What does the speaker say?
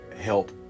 help